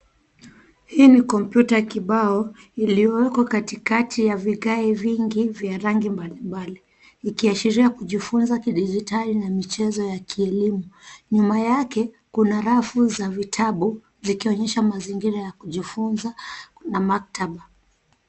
Hii ni kompyuta kibao iliyowekwa katikati ya vigae vingi vya rangi mbalimbali ikiashiria kujifunza kidijitali na michezo ya kielimu. Nyuma yake kuna rafu za vitabu zikionyesha mazingira ya kujifunza na maktaba.